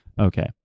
Okay